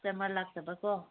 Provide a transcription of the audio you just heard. customer ꯂꯥꯛꯇꯕ ꯀꯣ